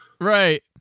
Right